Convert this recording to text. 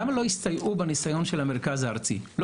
למה לא הסתייעו בניסיון של המרכז הארצי למקומות הקדושים?